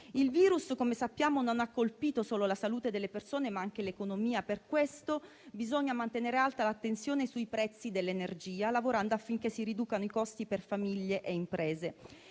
il virus non ha colpito solo la salute delle persone, ma anche l'economia. Per questo bisogna mantenere alta l'attenzione sui prezzi dell'energia, lavorando affinché si riducano i costi per famiglie e imprese.